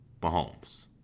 Mahomes